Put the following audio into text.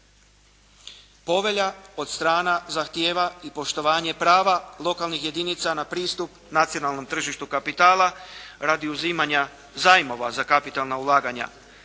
Povelja od strana zahtijeva i poštovanje prava lokalnih jedinica na pristup nacionalnom tržištu kapitala radi uzimanja zajmova za kapitalna ulaganja.